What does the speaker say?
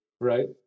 right